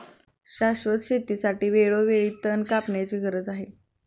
शाश्वत शेतीसाठी वेळोवेळी तण कापण्याची गरज आहे